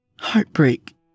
Heartbreak